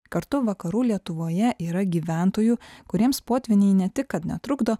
kartu vakarų lietuvoje yra gyventojų kuriems potvyniai ne tik kad netrukdo